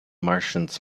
martians